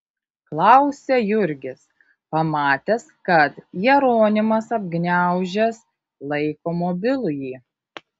klausia jurgis pamatęs kad jeronimas apgniaužęs laiko mobilųjį